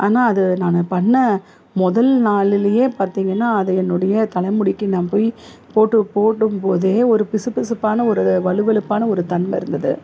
ஆனால் அது நான் பண்ண முதல் நாளுலேயே பார்த்தீங்கன்னா அது என்னுடைய தலைமுடிக்கு நான் போய் போட்டு போடும்போதே ஒரு பிசுபிசுப்பான ஒரு வழு வழுப்பான ஒரு தன்மை இருந்தது